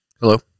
Hello